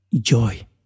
joy